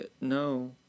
No